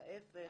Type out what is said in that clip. ההיפך.